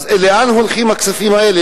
אז לאן הולכים הכספים האלה?